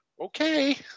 Okay